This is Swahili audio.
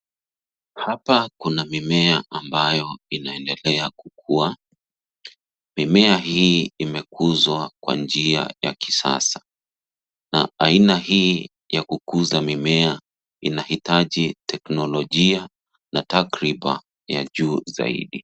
Hapa kuna mimea ambayo inaendelea kukua. Mimea hii imekuzwa kwa njia ya kisasa na aina hii ya kukuza mimea inahitaji teknolojia na takriba ya juu zaidi.